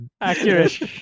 Accurate